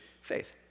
faith